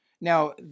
now